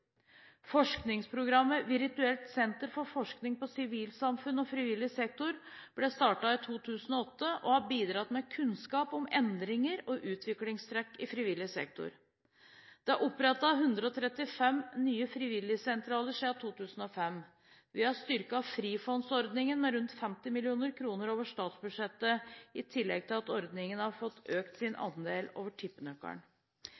Forskningsprogrammet «Virtuelt senter for forskning på sivilsamfunn og frivillig sektor" ble startet i 2008 og har bidratt med kunnskap om endringer og utviklingstrekk i frivillig sektor. Det er opprettet 135 nye frivilligsentraler siden 2005. Vi har styrket Frifondordningen med rundt 50 mill. kr over statsbudsjettet, i tillegg til at ordningen har fått økt sin